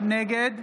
נגד